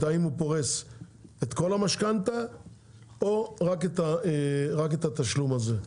האם הוא פורס את כל המשכנתה או רק את התשלום הזה.